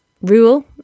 rule